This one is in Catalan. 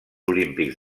olímpics